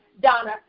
Donna